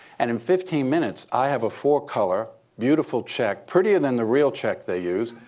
and in fifteen minutes, i have a four color, beautiful check, prettier than the real check they use,